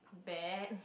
bad